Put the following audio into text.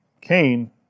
Cain